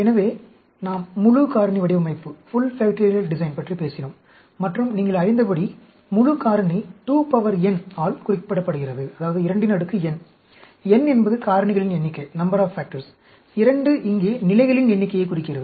எனவே நாம் முழு காரணி வடிவமைப்பு பற்றி பேசினோம் மற்றும் நீங்கள் அறிந்தபடி முழு காரணி 2 n ஆல் குறிப்பிடப்படுகிறது n என்பது காரணிகளின் எண்ணிக்கை 2 இங்கே நிலைகளின் எண்ணிக்கையைக் குறிக்கிறது